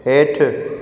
हेठि